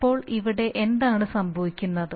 ഇപ്പോൾ ഇവിടെ എന്താണ് സംഭവിക്കുന്നത്